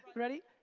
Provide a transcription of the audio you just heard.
ready?